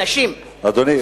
אנשים סיימו,